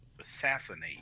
assassinate